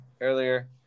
earlier